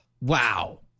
Wow